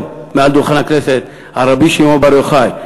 מעל דוכן הכנסת על רבי שמעון בר יוחאי,